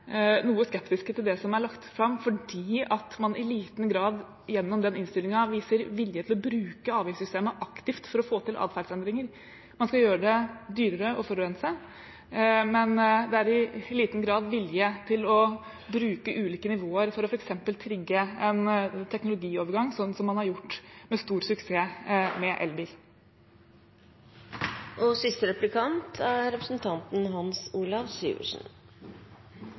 noe skeptisk til det som er lagt fram, fordi man i liten grad gjennom den innstillingen viser vilje til å bruke avgiftssystemet aktivt for å få til atferdsendringer. Man skal gjøre det dyrere å forurense, men det er i liten grad vilje til å bruke ulike nivåer for f.eks. å trigge en teknologi-overgang, som man har gjort med stor suksess med